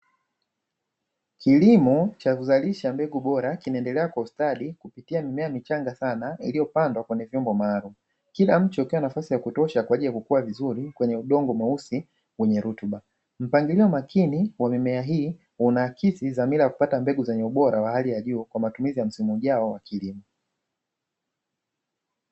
Kilimo cha kuzalisha mbegu bora kinaendelea kwa ustadi kupitia mimea michanga sana iliyopandwa kwenye vyombo maalumu, kila mche ukiwa na nafasi ya kutosha kwa ajili ya kukua vizuri kwenye udongo mweusi wenye rutuba. Mpangilio makini wa mimea hii unaakisi dhamira ya kupata mbegu zenye ubora wa hali ya juu kwa matumizi ya msimu ujao wa kilimo.